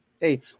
hey